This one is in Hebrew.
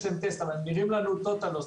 להם טסט אבל הם נראים לנו טוטאל לוס,